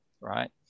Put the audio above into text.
right